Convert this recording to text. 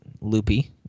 loopy